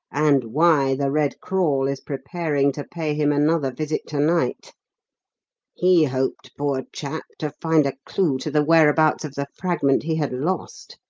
and why the red crawl is preparing to pay him another visit to-night he hoped, poor chap, to find a clue to the whereabouts of the fragment he had lost